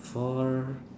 four